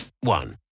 one